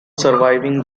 surviving